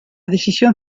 decisión